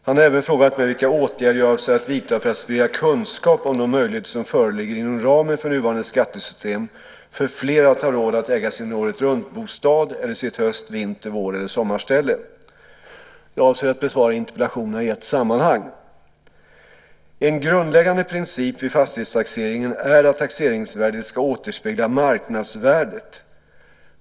Han har även frågat mig vilka åtgärder jag avser att vidta för att sprida kunskap om de möjligheter som föreligger inom ramen för nuvarande skattesystem för fler att ha råd att äga sin åretruntbostad eller sitt höst-, vinter-, vår eller sommarställe. Jag avser att besvara interpellationerna i ett sammanhang. En grundläggande princip vid fastighetstaxeringen är att taxeringsvärdet ska återspegla marknadsvärdet.